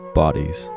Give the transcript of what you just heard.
bodies